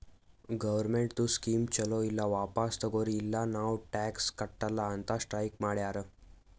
ಗೌರ್ಮೆಂಟ್ದು ಸ್ಕೀಮ್ ಛಲೋ ಇಲ್ಲ ವಾಪಿಸ್ ತಗೊರಿ ಇಲ್ಲ ನಾವ್ ಟ್ಯಾಕ್ಸ್ ಕಟ್ಟಲ ಅಂತ್ ಸ್ಟ್ರೀಕ್ ಮಾಡ್ಯಾರ್